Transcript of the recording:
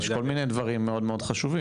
יש כל מיני דברים מאוד מאוד חשובים,